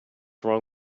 wrong